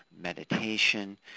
meditation